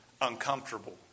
uncomfortable